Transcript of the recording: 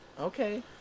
Okay